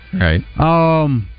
Right